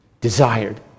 desired